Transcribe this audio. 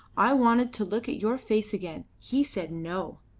i wanted to look at your face again. he said no!